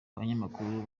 abanyamakuru